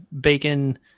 bacon